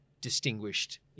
distinguished